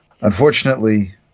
Unfortunately